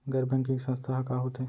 गैर बैंकिंग संस्था ह का होथे?